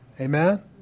Amen